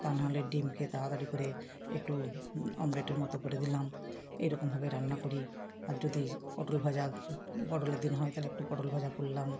তা নাহলে ডিমকে তাড়াতাড়ি করে একটু ওমলেটের মতো করে দিলাম এরকমভাবে রান্না করি আর যদি পটল ভাজা পটলের দিন হয় তালে একটু পটল ভাজা করলাম